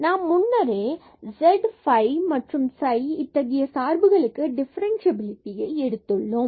நாம் முன்னரே z phi மற்றும் psi இத்தகைய சார்புக்களுக்கு டிஃபரண்சியபிலிடியை எடுத்துள்ளோம்